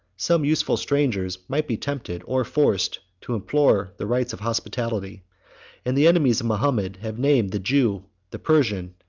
some useful strangers might be tempted, or forced, to implore the rights of hospitality and the enemies of mahomet have named the jew, the persian,